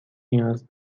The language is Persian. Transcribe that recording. نیاز